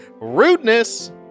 Rudeness